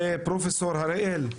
פרופ' הראל,